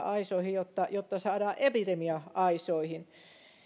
aisoihin jotta jotta saadaan epidemia aisoihin